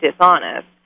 dishonest